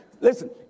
Listen